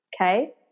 okay